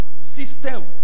System